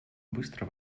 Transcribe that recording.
быстро